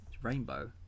Rainbow